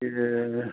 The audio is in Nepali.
ए